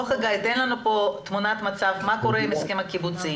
תן לנו תמונת מצב מה קורה עם ההסכם הקיבוצי,